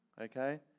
okay